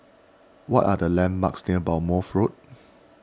what are the landmarks near Bournemouth Road